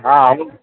ହଁ ଆଉ